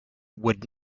would